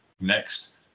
next